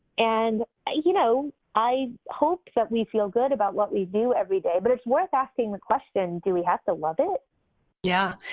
and i you know i hope that we feel good about what we do every day, but it's worth asking the question, do we have to love it? kathryn yeah,